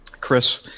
Chris